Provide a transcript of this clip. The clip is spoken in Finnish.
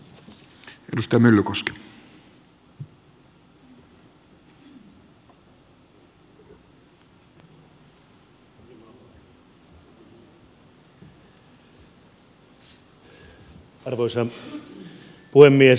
arvoisa puhemies